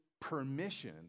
permission